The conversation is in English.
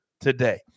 today